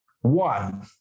One